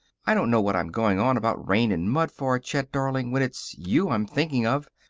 i don't know what i'm going on about rain and mud for, chet darling, when it's you i'm thinking of.